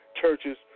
churches